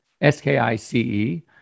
S-K-I-C-E